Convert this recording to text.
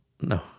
no